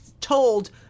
told